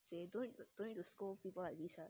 say don't don't need to scold people like this right